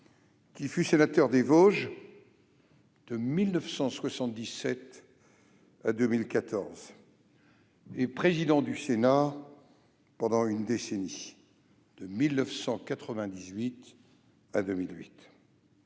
qui fut sénateur des Vosges de 1977 à 2014 et président du Sénat pendant une décennie, de 1998 à 2008.